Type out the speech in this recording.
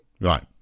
Right